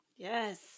Yes